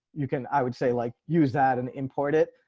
you can. i would say like use that and import it.